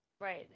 Right